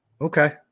Okay